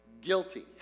guilty